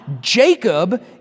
Jacob